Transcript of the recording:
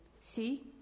See